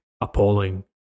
appalling